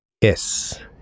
Yes